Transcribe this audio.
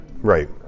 right